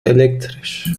elektrisch